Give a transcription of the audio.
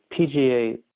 PGA